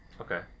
Okay